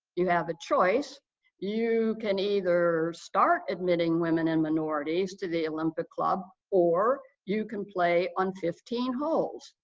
you have a choice you can either start admitting women and minorities to the olympic club, or you can play on fifteen holes.